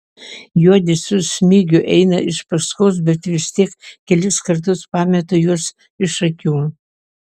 juodė su smigiu eina iš paskos bet vis tiek kelis kartus pametu juos iš akių